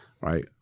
right